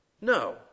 No